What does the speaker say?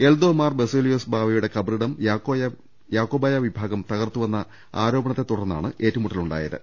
എൽദോ മാർ ബസേലിയാസ് ബാവ യുടെ ഖബറിടം യാക്കോബായ വിഭാഗം തികർത്തുവെന്ന ആരോപണത്തെ തുടർന്നാണ് ഏറ്റുമുട്ടൽ ഉണ്ടായത്